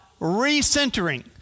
recentering